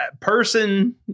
person